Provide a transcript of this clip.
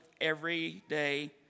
everyday